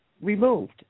removed